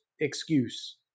excuse